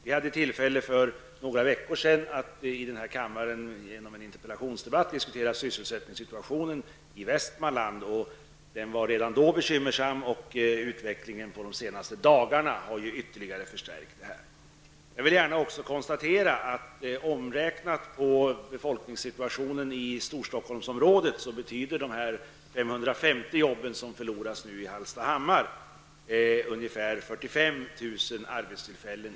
Vi hade för några veckor sedan tillfälle att i den här kammaren i en interpellationsdebatt diskutera sysselsättningssituationen i Västmanland. Situationen var redan då bekymmersam, och utgen under de senaste dagarna har ytterligare förvärrat den. Jag vill gärna konstatera att de 550 jobb som nu förloras i Hallstahammar omräknat till befolkningssituationen i Storstockholmsområdet betyder ungefär 45 000 arbetstillfällen.